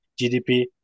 gdp